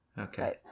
Okay